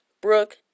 Brooke